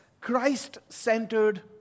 Christ-centered